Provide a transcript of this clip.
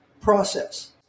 process